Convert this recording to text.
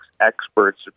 experts